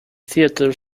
theatre